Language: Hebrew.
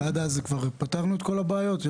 אבל כבר פתרנו את כל הבעיות?